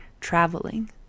traveling